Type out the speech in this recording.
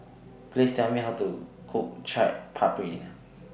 Please Tell Me How to Cook Chaat Papri